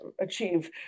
achieve